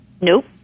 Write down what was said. Nope